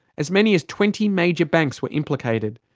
as many as twenty major banks were implicated.